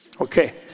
okay